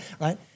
right